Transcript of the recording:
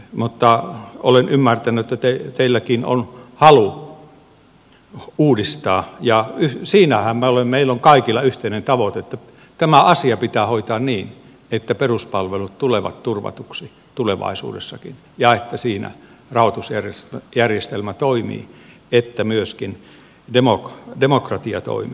mutta olen ymmärtänyt että teilläkin on halu uudistaa ja siinähän meillä on kaikilla yhteinen tavoite että tämä asia pitää hoitaa niin että peruspalvelut tulevat turvatuiksi tulevaisuudessakin ja että siinä rahoitusjärjestelmä toimii että myöskin demokratia toimii